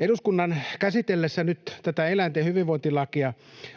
Eduskunnan käsitellessä nyt tätä eläinten hyvinvointilakia